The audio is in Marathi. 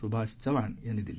सुभाष चव्हाण यांनी दिली